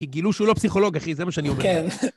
כי גילו שהוא לא פסיכולוג, אחי, זה מה שאני אומר.כן...